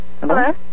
Hello